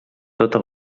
tota